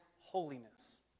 holiness